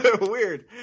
weird